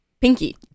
pinky